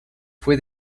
fue